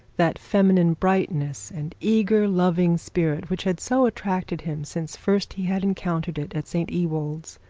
that feminine brightness and eager loving spirit which had so attracted him since first he had encountered it at st ewold's.